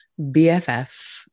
BFF